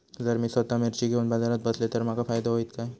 जर मी स्वतः मिर्ची घेवून बाजारात बसलय तर माका फायदो होयत काय?